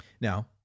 Now